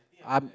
I'm